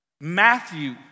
Matthew